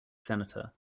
senator